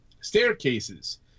staircases